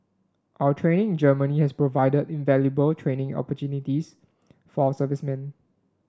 our training in Germany has provided invaluable training opportunities for our servicemen